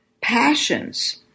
passions